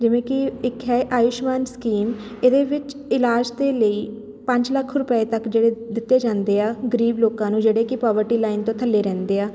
ਜਿਵੇਂ ਕਿ ਇੱਕ ਹੈ ਆਯੂਸ਼ਮਾਨ ਸਕੀਮ ਇਹਦੇ ਵਿੱਚ ਇਲਾਜ ਦੇ ਲਈ ਪੰਜ ਲੱਖ ਰੁਪਏ ਤੱਕ ਜਿਹੜੇ ਦਿੱਤੇ ਜਾਂਦੇ ਆ ਗਰੀਬ ਲੋਕਾਂ ਨੂੰ ਜਿਹੜੇ ਕਿ ਪਾਵਰਟੀ ਲਾਈਨ ਤੋਂ ਥੱਲੇ ਰਹਿੰਦੇ ਆ